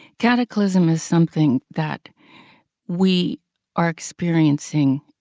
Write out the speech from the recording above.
cataclysm is something that we are experiencing,